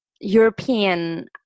European